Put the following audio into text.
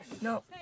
No